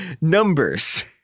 numbers